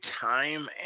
time